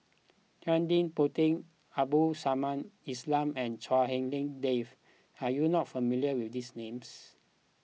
Ted De Ponti Abdul Samad Ismail and Chua Hak Lien Dave are you not familiar with these names